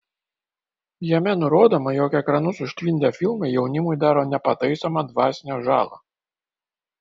jame nurodoma jog ekranus užtvindę filmai jaunimui daro nepataisomą dvasinę žalą